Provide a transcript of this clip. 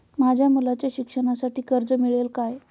माझ्या मुलाच्या शिक्षणासाठी कर्ज मिळेल काय?